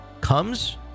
comes